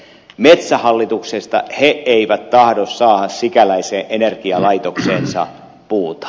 metsähallituksesta he eivät tahdo saada sikäläiseen energialaitokseensa puuta